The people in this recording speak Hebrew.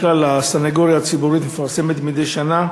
כלל הסנגוריה הציבורית מפרסמת מדי שנה,